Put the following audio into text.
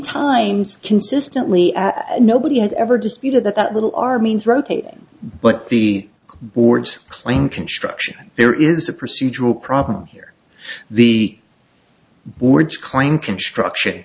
times consistently nobody has ever disputed that that little are means rotating but the board's claim construction there is a procedural problem here the board's claim construction